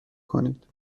کنید